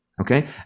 okay